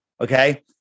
okay